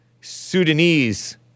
Sudanese